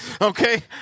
Okay